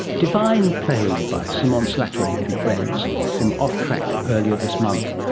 divine playing by simone slattery and friends from off track earlier this month.